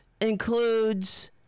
includes